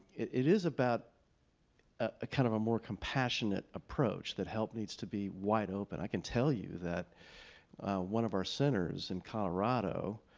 it is about a kind of a more compassionate approach that help needs to be wide open. i can tell you that one of our centers in colorado,